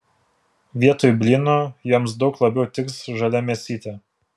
vietoj blyno jiems daug labiau tiks žalia mėsytė